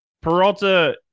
Peralta –